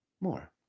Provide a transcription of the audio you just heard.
more